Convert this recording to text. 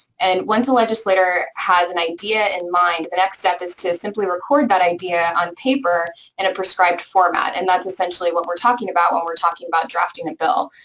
and once a legislator has an idea in mind, the next step is to simply record that idea on paper in a prescribed format, and that's essentially what we're talking about when we're talking about drafting a bill.